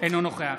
אינו נוכח